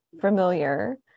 familiar